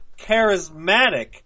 charismatic